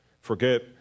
forget